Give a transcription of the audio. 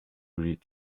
read